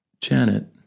Janet